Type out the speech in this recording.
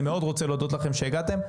אני מאוד רוצה להודות לכם שהגעתם.